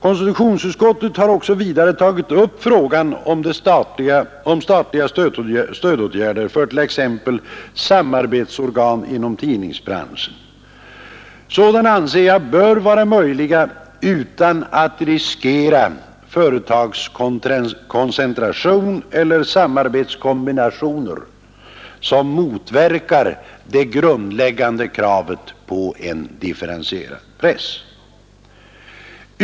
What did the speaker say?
Konstitutionsutskottet har vidare tagit upp frågan om statliga stödåtgärder för t.ex. samarbetsorgan inom tidningsbranschen. Sådana åtgärder anser jag vara möjliga utan att man riskerar företagskoncentration eller samarbetskombinationer som motverkar de grundläggande kraven på en differentierad press.